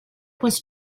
was